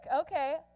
okay